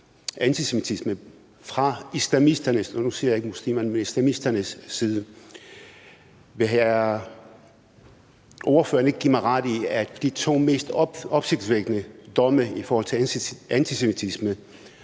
muslimernes, men islamisternes – side. Vil ordføreren ikke give mig ret i, at de to mest opsigtsvækkende domme for antisemitisme